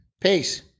Peace